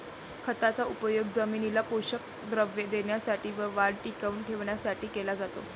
खताचा उपयोग जमिनीला पोषक द्रव्ये देण्यासाठी व वाढ टिकवून ठेवण्यासाठी केला जातो